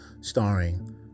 starring